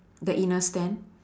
the inner stand